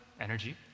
energy